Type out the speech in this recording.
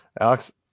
alex